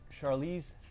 Charlize